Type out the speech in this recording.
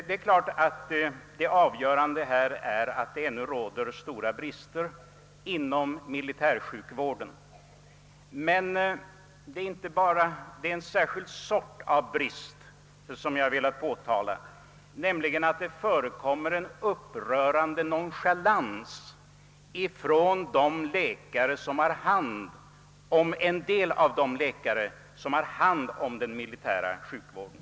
Det avgörande i detta sammanhang är givetvis att stora brister ännu råder inom militärsjukvården, men det är en särskild sort av brist som jag har velat påtala, nämligen förekomsten av en upprörande nonchalans hos en del av de läkare, som har hand om den militära sjukvården.